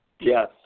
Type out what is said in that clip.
Yes